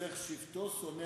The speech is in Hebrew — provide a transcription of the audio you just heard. חוסך שבטו שונא עמו.